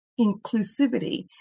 inclusivity